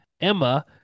Emma